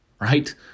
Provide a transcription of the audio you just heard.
right